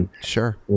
Sure